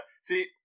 See